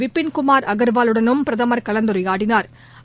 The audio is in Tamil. விபிள் குமாா் அகா்வாலுடனும் பிரதமா் கலந்துரையாடினாா்